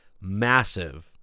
massive